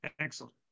Excellent